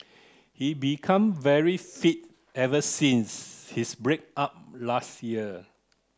he become very fit ever since his break up last year